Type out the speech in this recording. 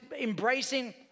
embracing